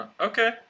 Okay